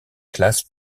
classes